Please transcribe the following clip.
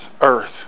earth